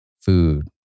food